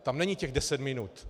Tam není těch deset minut.